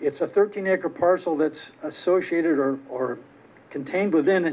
it's a thirteen acre parcel that's associated or or contained within an